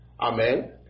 Amen